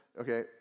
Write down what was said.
Okay